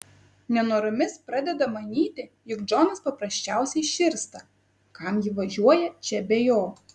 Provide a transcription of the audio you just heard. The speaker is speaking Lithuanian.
nenoromis pradeda manyti jog džonas paprasčiausiai širsta kam ji važiuoja čia be jo